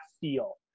feel